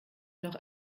noch